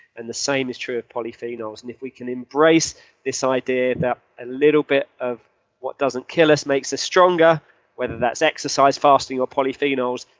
and the same is true of polyphenols. and if we can embrace this idea of a little bit of what doesn't kill us makes us stronger whether that's exercising, fasting, or polyphenols,